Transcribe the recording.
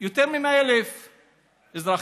יותר מ-100,000 אזרחים,